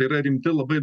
tai yra rimti labai